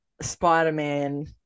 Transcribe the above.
Spider-Man